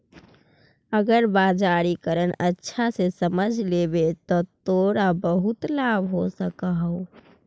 अगर बाजारीकरण अच्छा से समझ लेवे त तोरा बहुत लाभ हो सकऽ हउ